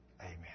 amen